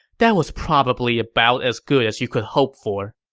that was probably about as good as you could hope for.